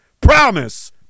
Promise